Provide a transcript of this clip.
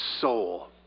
soul